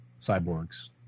cyborgs